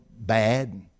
bad